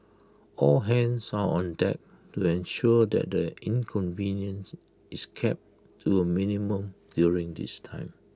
all hands are on deck to ensure that the inconvenience is kept to A minimum during this time